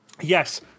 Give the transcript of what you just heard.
Yes